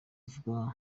avuga